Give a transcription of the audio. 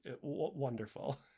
wonderful